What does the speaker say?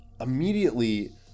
Immediately